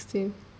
twenty sixteen